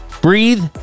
breathe